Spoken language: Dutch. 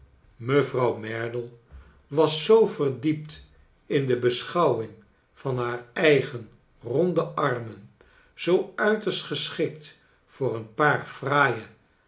mevrouw merdle was zoo verdiept in de beschouwing van haar eigen ronde armen zoo uiterst geschikt voor een paar fraaie